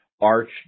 arch